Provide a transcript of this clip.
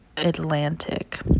Atlantic